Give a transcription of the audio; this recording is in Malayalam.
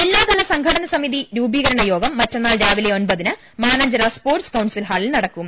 ജില്ലാതല സംഘാടന സമിതി രൂപീകരണ യോഗം മറ്റന്നാൾ രാവിലെ ഒൻപതിന് മാനാഞ്ചിറ സ്പോർട്സ് കൌൺസിൽ ഹാളിൽ നടക്കും